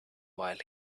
while